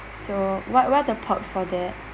so what what are the perks for that